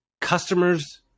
customers